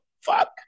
fuck